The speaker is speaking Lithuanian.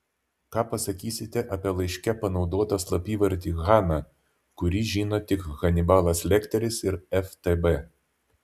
ką pasakysite apie laiške panaudotą slapyvardį hana kurį žino tik hanibalas lekteris ir ftb